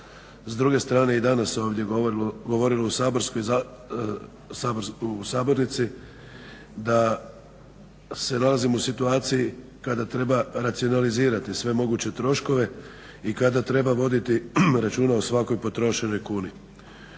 S druge strane, i danas ovdje govorimo u sabornici da se nalazimo u situaciji kada treba racionalizirati sve moguće troškove i kada treba voditi računa o svakoj potrošenoj kuni.